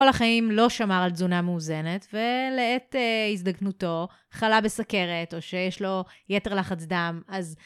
כל החיים לא שמר על תזונה מאוזנת, ולעת הזדקנותו חלה בסכרת, או שיש לו יתר לחץ דם אז...